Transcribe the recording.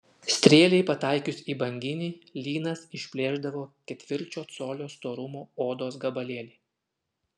strėlei pataikius į banginį lynas išplėšdavo ketvirčio colio storumo odos gabalėlį